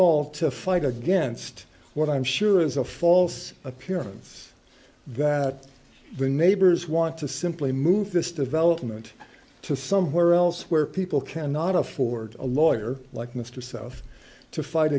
all to fight against what i'm sure is a false appearance that the neighbors want to simply move this development to somewhere else where people cannot afford a lawyer like mr self to fight